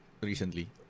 recently